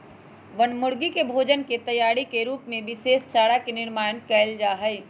बनमुर्गी के भोजन के तैयारी के रूप में विशेष चारा के निर्माण कइल जाहई